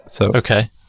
Okay